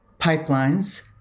pipelines